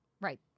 Right